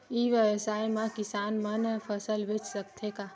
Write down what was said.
ई व्यवसाय म किसान मन फसल बेच सकथे का?